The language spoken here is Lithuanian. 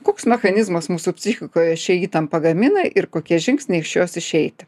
koks mechanizmas mūsų psichikoje šią įtampą gamina ir kokie žingsniai iš jos išeiti